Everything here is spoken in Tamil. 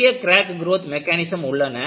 நிறைய கிராக் குரோத் மெக்கானிசம் உள்ளன